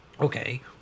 okay